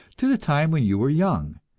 to the time when you were young,